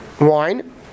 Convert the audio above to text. wine